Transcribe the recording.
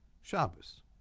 Shabbos